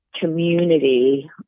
community